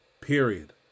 Period